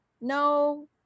no